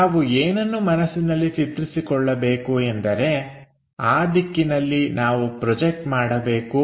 ನಾವು ಏನನ್ನು ಮನಸ್ಸಿನಲ್ಲಿ ಚಿತ್ರಿಸಿಕೊಳ್ಳಬೇಕು ಎಂದರೆ ಆ ದಿಕ್ಕಿನಲ್ಲಿ ನಾವು ಪ್ರೊಜೆಕ್ಟ್ ಮಾಡಬೇಕು